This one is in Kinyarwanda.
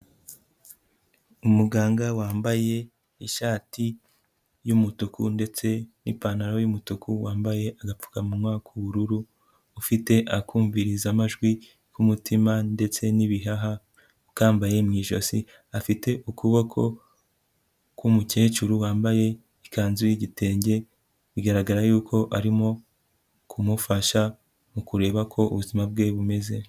Umuganga wambaye ishati y'umutuku ndetse n'ipantaro y'umutuku wambaye agapfukanwa k'ubururu, ufite akumviriza amajwi' kumutima ndetse n'ibihaha ukambaye mu ijosi, afite ukuboko k'umukecuru wambaye ikanzu y'igitenge, bigaragara y'uko arimo kumufasha mu kureba uko ubuzima bwe bumeze.